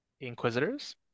inquisitors